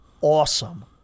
awesome